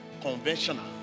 conventional